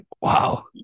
wow